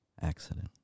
accident